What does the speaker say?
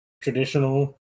traditional